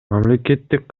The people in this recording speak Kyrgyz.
мамлекеттик